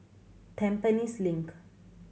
Tampines Link